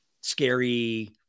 scary